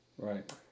Right